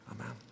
amen